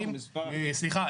סליחה,